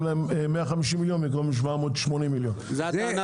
להם 150 מיליון ₪ במקום 780 מיליון ₪.